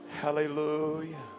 Hallelujah